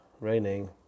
raining